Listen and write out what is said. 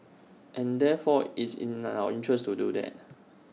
and therefore it's in our interest to do that